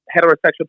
heterosexual